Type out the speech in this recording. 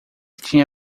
tinha